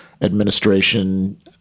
administration